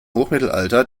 hochmittelalter